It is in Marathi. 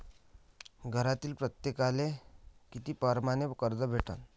घरातील प्रत्येकाले किती परमाने कर्ज भेटन?